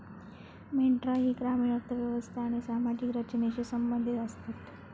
मेंढरा ही ग्रामीण अर्थ व्यवस्था आणि सामाजिक रचनेशी संबंधित आसतत